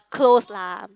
close lah